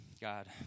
God